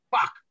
Fuck